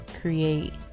create